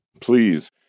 Please